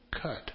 cut